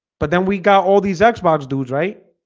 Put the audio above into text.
but then we got all these xbox dudes, right?